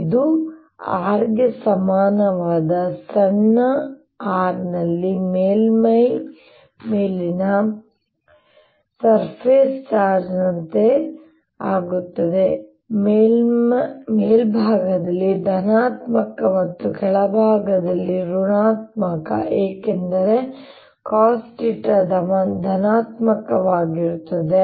ಇದು R ಗೆ ಸಮಾನವಾದ ಸಣ್ಣ r ನಲ್ಲಿ ಮೇಲ್ಮೈ ಮೇಲಿನ ಮೇಲ್ಮೈ ಚಾರ್ಜ್ ನಂತೆ ಆಗುತ್ತದೆ ಮೇಲ್ಭಾಗದಲ್ಲಿ ಧನಾತ್ಮಕ ಮತ್ತು ಕೆಳಭಾಗದಲ್ಲಿ ಋಣಾತ್ಮಕ ಏಕೆಂದರೆ ಮೇಲ್ಭಾಗದಲ್ಲಿ cosθ ಧನಾತ್ಮಕವಾಗಿರುತ್ತದೆ